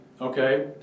okay